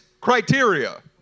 criteria